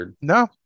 No